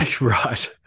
right